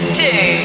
two